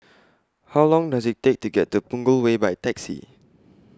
How Long Does IT Take to get to Punggol Way By Taxi